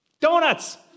Donuts